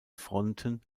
fronten